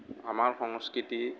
আমাৰ সংস্কৃতি